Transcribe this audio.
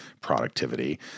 productivity